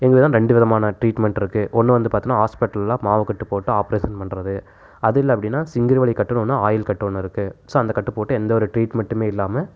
எங்களிடம் ரெண்டு விதமான ட்ரீட்மன்ட்டிருக்கு ஒன்று வந்து பார்த்துனா ஹாஸ்பிட்டலில் மாவு கட்டு போட்டு ஆபரேசன் பண்றது அது இல்லை அப்படினா சிங்குல் வழி கட்டுனு ஒன்று ஆயில் கட்டு ஒன்றுருக்கு ஸோ அந்த கட்டு போட்டு எந்த ஒரு ட்ரீட்மன்ட்டுமே இல்லாமல்